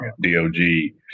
D-O-G